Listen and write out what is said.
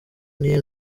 n’iyo